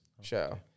show